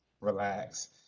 relax